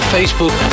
Facebook